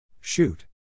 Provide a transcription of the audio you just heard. shoot